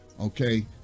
okay